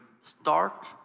start